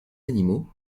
animaux